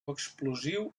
explosiu